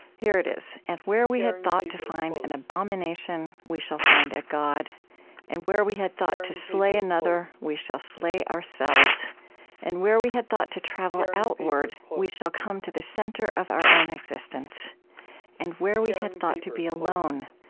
here it is. and where we had thought to find an abomination, we shall find a god and where we had thought to slay another, we shall slay ourselves and where we had thought to travel outward, we shall come to the center of our own existence and where we had thought to be alone,